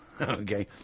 Okay